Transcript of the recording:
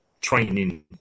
training